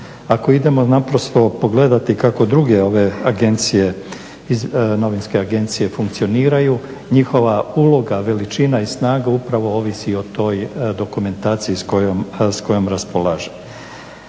Ako idemo naprosto pogledati kako druge ove agencije, novinske agencije funkcioniraju njihova uloga, veličina i snaga upravo ovisi o toj dokumentaciji s kojom raspolažem.